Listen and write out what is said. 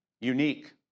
unique